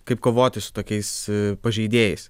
kaip kovoti su tokiais pažeidėjais